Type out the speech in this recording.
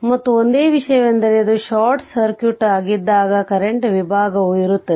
ಮತ್ತು ಒಂದೇ ವಿಷಯವೆಂದರೆ ಅದು ಶಾರ್ಟ್ ಸರ್ಕ್ಯೂಟ್ ಆಗದಿದ್ದಾಗ ಕರೆಂಟ್ ವಿಭಾಗವು ಇರುತ್ತದೆ